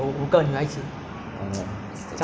engineering 的痛苦